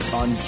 on